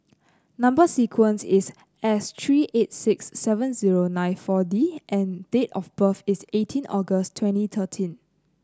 number sequence is S three eight six seven zero nine four D and date of birth is eighteen August twenty thirteen